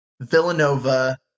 Villanova